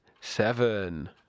seven